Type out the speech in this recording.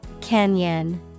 Canyon